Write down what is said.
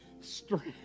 Strength